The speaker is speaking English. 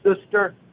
sister